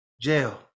jail